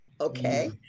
Okay